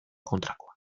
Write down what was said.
kontrakoa